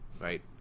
right